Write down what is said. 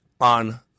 on